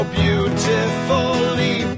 beautifully